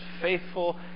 faithful